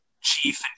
Chief